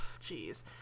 jeez